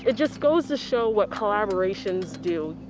ah just goes to show what collaborations do.